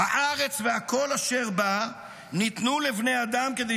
"הארץ וכל אשר בה ניתנו לבני אדם כדי